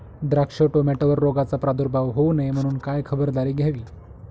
द्राक्ष, टोमॅटोवर रोगाचा प्रादुर्भाव होऊ नये म्हणून काय खबरदारी घ्यावी?